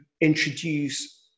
introduce